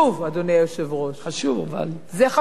אבל זה חשוב, אדוני היושב-ראש.